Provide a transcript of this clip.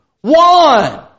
One